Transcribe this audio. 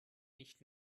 nicht